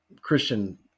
Christian